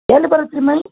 ಎಲ್ಲಿ ಬರತ್ರಿ ಮನೆ